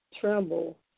tremble